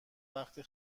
وقتی